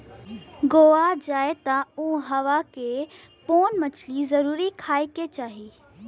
गोवा जाए त उहवा के प्रोन मछरी जरुर खाए के चाही